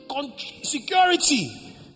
Security